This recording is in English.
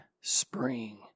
spring